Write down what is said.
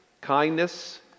kindness